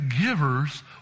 givers